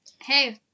Hey